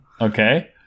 Okay